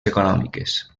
econòmiques